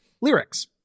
lyrics